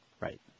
Right